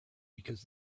because